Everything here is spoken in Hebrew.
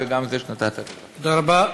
תודה רבה.